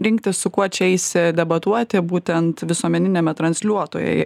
rinktis su kuo čia eisi debatuoti būtent visuomeniniame transliuotojuje